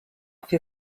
fer